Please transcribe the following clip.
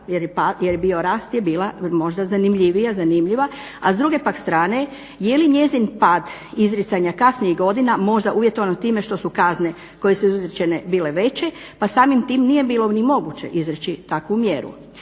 je bio rast, je bila možda zanimljivija, zanimljiva. A s druge pak strane je li njezin pad izricanja kasnijih godina možda uvjetovano time što su kazne koje su izrečene bile veće, pa samim tim nije bilo ni moguće izreći takvu mjeru.